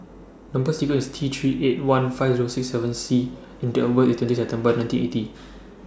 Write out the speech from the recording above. Number sequence IS T three eight one five Zero six seven C and Date of birth IS twenty September nineteen eighty